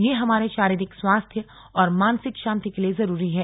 यह हमारे शारीरिक स्वास्थ्य और मानसिक शांति के लिए जरूरी है